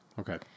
Okay